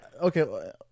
okay